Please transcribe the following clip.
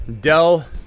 Dell